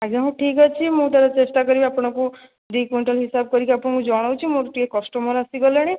ଆଜ୍ଞା ହଉ ଠିକ୍ ଅଛି ମୁଁ ଚେଷ୍ଟା କରିବି ଆପଣଙ୍କୁ ଦୁଇ କୁଇଣ୍ଟାଲ୍ ହିସାବ କରିକି ଆପଣଙ୍କୁ ଜଣାଉଛି ମୋର ଟିକିଏ କଷ୍ଟମର୍ ଆସିଗଲେଣି